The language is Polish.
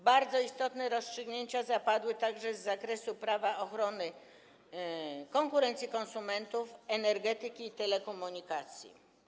Bardzo istotne rozstrzygnięcia zapadły także w sprawach z zakresu prawa ochrony konkurencji i konsumentów, energetyki i telekomunikacji.